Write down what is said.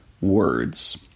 words